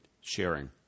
sharing